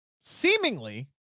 seemingly